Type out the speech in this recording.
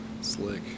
Slick